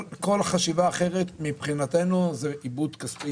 כל חשיבה אחרת מבחינתנו זה איבוד כספי